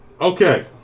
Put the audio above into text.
Okay